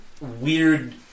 weird